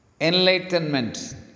Enlightenment